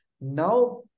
now